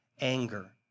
anger